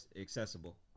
accessible